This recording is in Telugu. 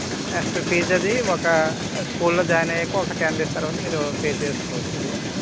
నెక్స్ట్ ఫీజు అది ఒక స్కూల్ జాయిన్ అయ్యాక ఒక టెన్ డేస్ తర్వాత మీరు పే అది